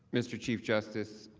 mr. chief justice,